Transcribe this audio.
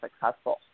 successful